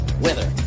weather